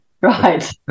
Right